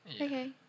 Okay